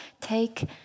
take